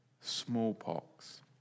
smallpox